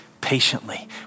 patiently